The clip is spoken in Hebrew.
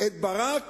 את ברק